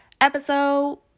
episode